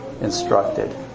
instructed